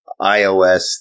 iOS